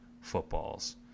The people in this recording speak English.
footballs